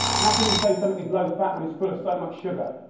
how can you say something is low-fat when it's full of so much sugar?